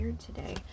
today